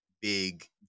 big